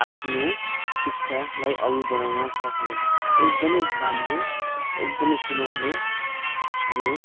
आफ्नो शिक्षालाई अघि बढाउन सक्ने एकदमै राम्रो एकदमै सुनौलो यो